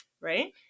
right